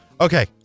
Okay